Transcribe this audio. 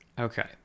Okay